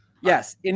Yes